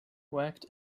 worked